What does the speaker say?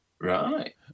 Right